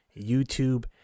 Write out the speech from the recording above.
YouTube